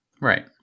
Right